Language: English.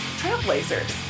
trailblazers